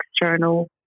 external